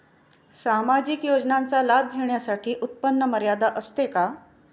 सामाजिक योजनांचा लाभ घेण्यासाठी उत्पन्न मर्यादा असते का?